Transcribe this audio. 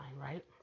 right